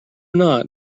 not